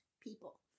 people